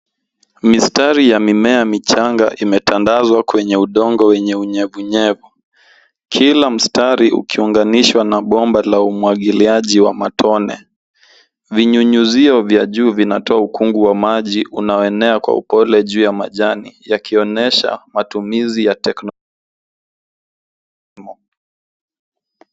Mistari ya mimea michanga imetandazwa kwenye udongo wenye unyevunyevu. Kila mstari ukiunganishwa na bomba la umwagiliaji wa matone. Vinyunyizio vya juu vinatoa ukungu wa maji unaoenea kwa upole juu ya majani, vikionyesha matumizi ya teknolojia.